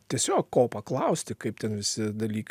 tiesiog ko paklausti kaip ten visi dalykai